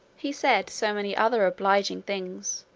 he said so many other obliging things,